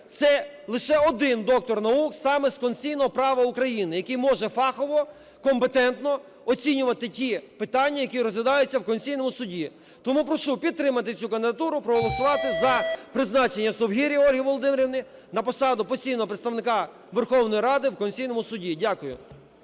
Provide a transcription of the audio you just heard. це лише один доктор наук саме з конституційного права України, який може фахово, компетентно оцінювати ті питання, які розглядаються в Конституційному Суді. Тому прошу підтримати цю кандидатуру, проголосувати за призначення Совгирі Ольги Володимирівни на посаду постійного представника Верховної Ради в Конституційному Суді. Дякую.